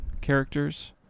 characters